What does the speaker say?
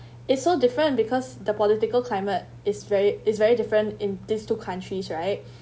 it's so different because the political climate is very is very different in these two countries right